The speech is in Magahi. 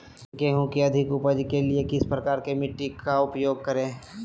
गेंहू की अधिक उपज के लिए किस प्रकार की मिट्टी का उपयोग करे?